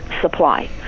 supply